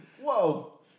Whoa